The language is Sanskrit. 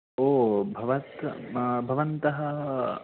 ओ भवत् भवन्तः